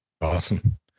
Awesome